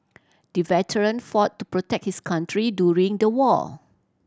the veteran fought to protect his country during the war